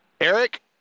Eric